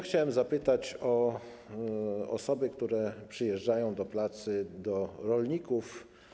Chciałem zapytać o osoby, które przyjeżdżają do pracy do rolników.